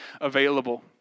available